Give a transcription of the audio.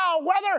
weather